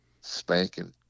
spanking